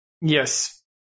yes